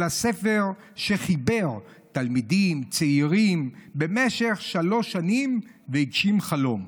אלא ספר שחיבר תלמידים צעירים במשך שלוש שנים והגשים חלום.